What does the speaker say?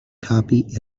copy